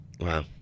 Wow